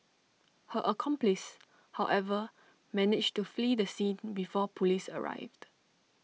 her accomplice however managed to flee the scene before Police arrived